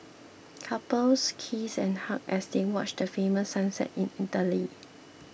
couples kissed and hugged as they watch the famous sunset in Italy